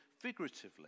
figuratively